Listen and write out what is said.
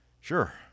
sure